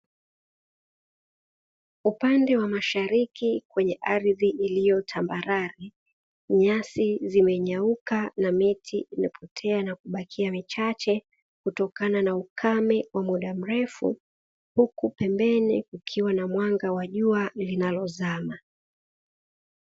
Upande wa mashariki kwenye ardhi iliyo tambarare nyasi zimekauka na miti imepotea na kubakia michache kutokana na ukame wa muda murefu, huku pembeni kukiwa na mwanga wa jua linalozama.